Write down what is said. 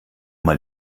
mal